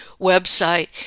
website